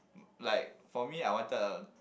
like for me I wanted a